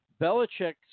Belichick